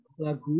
Lagu